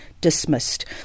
dismissed